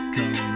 Come